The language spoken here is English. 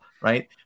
right